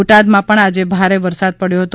બોટાદમાં પણ આજે ભારે વરસાદ પડ્યો હતો